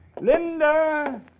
Linda